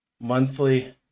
monthly